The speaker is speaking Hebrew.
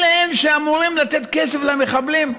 אלה הם שאמורים לתת כסף למחבלים.